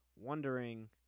wondering